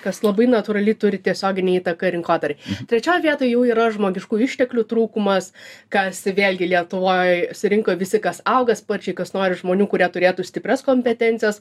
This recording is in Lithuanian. kas labai natūraliai turi tiesioginę įtaką rinkodarai trečioj vietoj jau yra žmogiškųjų išteklių trūkumas kas vėlgi lietuvoj surinko visi kas auga sparčiai kas nori žmonių kurie turėtų stiprias kompetencijas